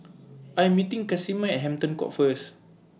I Am meeting Casimer At Hampton Court First